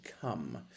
come